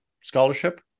scholarship